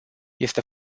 este